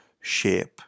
shape